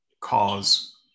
cause